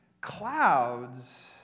Clouds